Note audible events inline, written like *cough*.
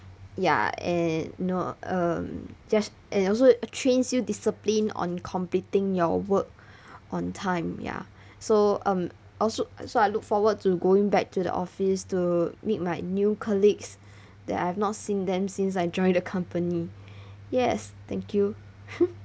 ya and know um just and also trains you discipline on competing your work *breath* on time ya so um also so I look forward to going back to the office to meet my new colleagues that I have not seen them since I joined the company yes thank you *laughs*